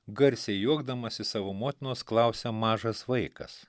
garsiai juokdamasis savo motinos klausia mažas vaikas